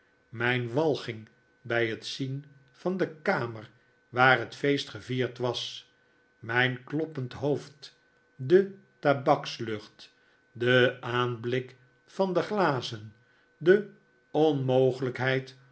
mijn walging bij het zien van de kamer waar het feest gevierd was mijn kloppend hoofd de tabakslucht de aanblik van de glazen de onmogelijkheid